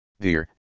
Dear